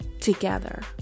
together